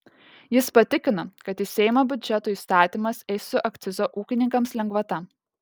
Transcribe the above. jis patikino kad į seimą biudžeto įstatymas eis su akcizo ūkininkams lengvata